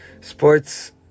Sports